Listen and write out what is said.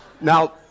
Now